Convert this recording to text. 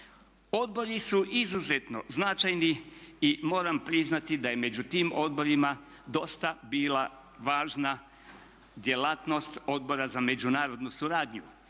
Odbori su izuzetno značajni i moram priznati da je među tim odborima dosta bila važna djelatnost Odbora za međunarodnu suradnju.